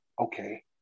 okay